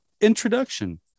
introduction